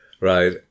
right